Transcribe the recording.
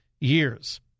Years